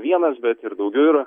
vienas bet ir daugiau yra